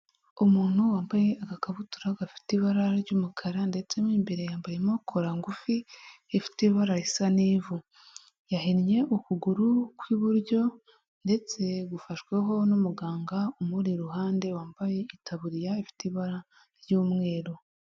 Umuntu wambaye agakabutura gafite ibara ry'umukara ndetse mo imbere yambayemo kora ngufi ifite ibara risa n'ivu, yahinnye ukuguru kw'iburyo ndetse gufashweho n'umuganga umuri iruhande wambaye itaburiya ifite ibara ry'umweru.